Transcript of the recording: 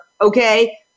okay